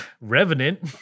revenant